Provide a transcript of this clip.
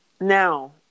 now